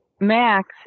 Max